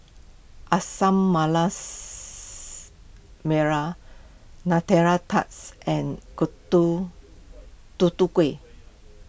Merah Nutella Tarts and Tutu Kueh